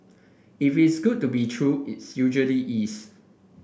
if it's good to be true its usually is